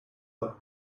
there